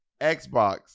Xbox